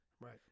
right